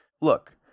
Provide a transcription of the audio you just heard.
Look